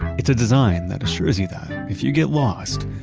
it's a design that assures you that if you get lost,